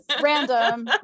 random